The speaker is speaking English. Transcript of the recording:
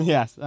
Yes